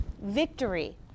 victory